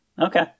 okay